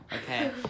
Okay